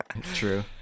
true